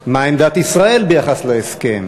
מה היא עמדת ישראל ביחס להסכם?